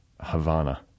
Havana